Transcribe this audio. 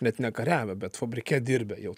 bet nekariavę bet fabrike dirbę jau